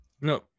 No